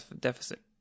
deficit